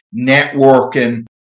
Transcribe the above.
networking